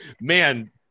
man